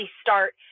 start